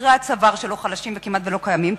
שרירי הצוואר שלו חלשים וכמעט שלא קיימים,